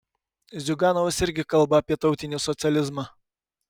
ziuganovas irgi kalba apie tautinį socializmą